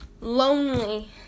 Lonely